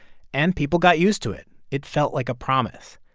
and people got used to it. it felt like a promise.